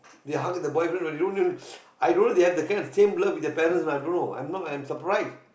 they hug the boyfriend with they don't even i don't know if they have the kind of same love with the parents or not i don't know I'm not I'm surprised